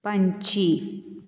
ਪੰਛੀ